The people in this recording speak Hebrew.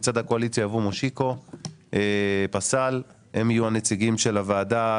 מצד הקואליציה יבוא מושיקו פסל והם יהיו הנציגים של הוועדה.